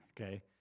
Okay